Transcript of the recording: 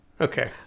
Okay